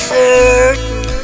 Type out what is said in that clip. certain